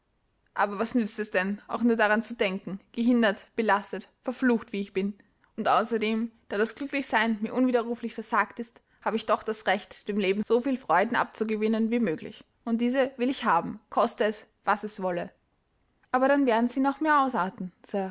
aber was nützt es denn auch nur daran zu denken gehindert belastet verflucht wie ich bin und außerdem da das glücklichsein mir unwiderruflich versagt ist habe ich doch das recht dem leben so viel freuden abzugewinnen wie möglich und diese will ich haben koste es was es wolle aber dann werden sie noch mehr ausarten